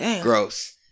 Gross